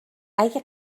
اگه